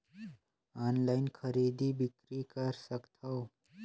Online खरीदी बिक्री कर सकथव?